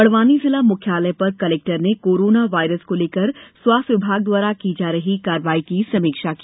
बड़वानी जिला मुख्यालय पर कलेक्टर ने कोरोना वायरस को लेकर स्वास्थ्य विभाग द्वारा की जा रही कार्यवाही की समीक्षा की